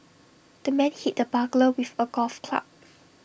the man hit the burglar with A golf club